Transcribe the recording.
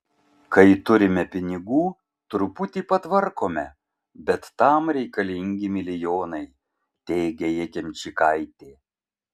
kai turime pinigų truputį patvarkome bet tam reikalingi milijonai teigia jakimčikaitė